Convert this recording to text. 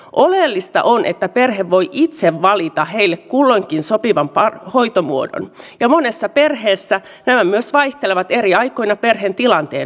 oleellista on että perhe voi itse valita heille kulloinkin sopivan hoitomuodon ja monessa perheessä nämä myös vaihtelevat eri aikoina perheen tilanteen mukaan